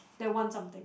they want something